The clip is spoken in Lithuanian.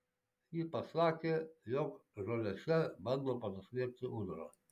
ji pasakė jog žolėse bando pasislėpti ūdra